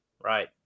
right